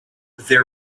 they